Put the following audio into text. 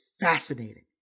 fascinating